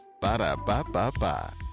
Ba-da-ba-ba-ba